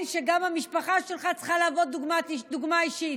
שגם המשפחה שלך צריכה להוות דוגמה אישית.